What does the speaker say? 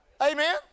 amen